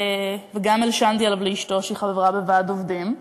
וגם הלשנתי עליו לאשתו, שהיא חברה בוועד עובדים.